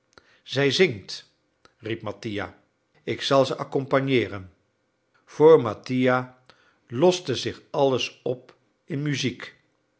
zij zingt riep mattia ik zal ze accompagneeren voor mattia loste zich alles op in muziek